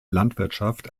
landwirtschaft